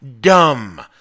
dumb